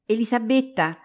Elisabetta